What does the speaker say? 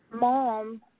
mom